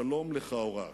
שלום לכאורה,